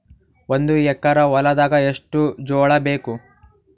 ಒಂದು ಎಕರ ಹೊಲದಾಗ ಎಷ್ಟು ಜೋಳಾಬೇಕು?